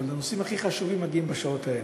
אבל הנושאים הכי חשובים מגיעים בשעות האלה.